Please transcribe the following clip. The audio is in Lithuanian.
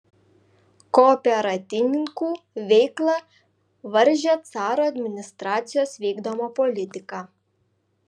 kooperatininkų veiklą varžė caro administracijos vykdoma politika